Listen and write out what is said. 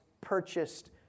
purchased